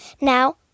Now